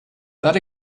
that